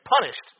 punished